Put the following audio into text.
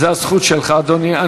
זאת הזכות שלך, אדוני.